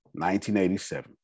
1987